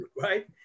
right